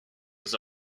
was